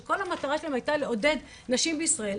שכל המטרה שלהם הייתה לעודד נשים בישראל,